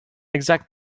exact